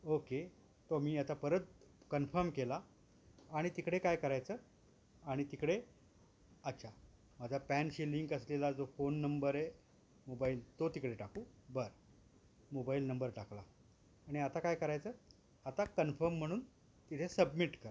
okay तो मी आता परत कन्फर्म केला आणि तिकडे काय करायचं आणि तिकडे अच्छा माझा पॅनशी लिंक असलेला जो फोन नंबर आहे मोबाईल तो तिकडे टाकू बरं मोबाईल नंबर टाकला आणि आता काय करायचं आता कन्फर्म म्हणून तिथे सबमिट करा